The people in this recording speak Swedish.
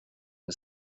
med